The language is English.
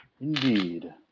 indeed